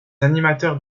animateurs